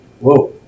whoa